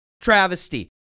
travesty